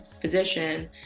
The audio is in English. physician